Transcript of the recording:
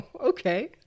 Okay